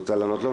רוצה לענות לו?